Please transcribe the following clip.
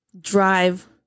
drive